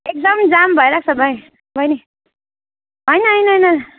एकदम जाम भइरहेको छ भाइ बहिनी होइन होइन होइन